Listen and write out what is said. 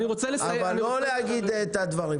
מר אביטן, נא לסיים.